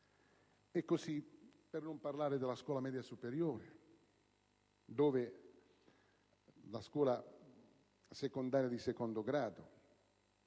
Per non parlare della scuola media superiore, della scuola secondaria di secondo grado,